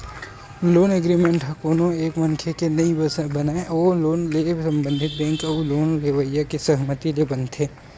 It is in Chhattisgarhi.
लोन एग्रीमेंट ह कोनो एक मनखे के नइ बनय ओ लोन ले संबंधित बेंक अउ लोन लेवइया के सहमति ले बनथे